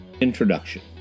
Introduction